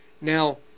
Now